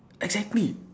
exactly